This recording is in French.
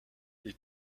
les